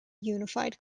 unified